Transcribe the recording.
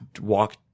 walk